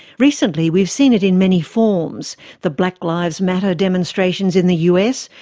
recently we've seen it in many forms the black lives matter demonstrations in the us,